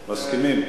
מסכימים?